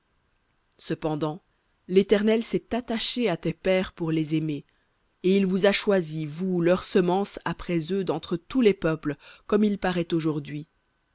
cependant l'éternel s'est attaché à tes pères pour les aimer et il vous a choisis vous leur semence après eux d'entre tous les peuples comme aujourd'hui